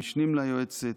המשנים ליועצת,